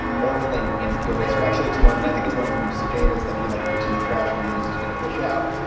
filling ampules, or actually it's one i think it's one from sujan is that he like puts in the trashman. he knows he's going to fish out,